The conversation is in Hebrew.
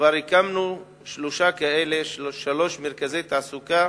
כבר הקמנו שלושה כאלה, שלושה מרכזי תעסוקה